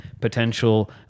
potential